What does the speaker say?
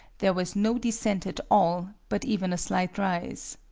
there was no descent at all, but even a slight rise.